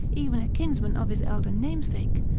even a kinsman of his elder namesake,